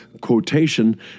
quotation